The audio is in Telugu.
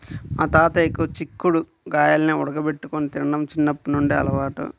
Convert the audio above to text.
మా తాతయ్యకి చిక్కుడు గాయాల్ని ఉడకబెట్టుకొని తినడం చిన్నప్పట్నుంచి అలవాటు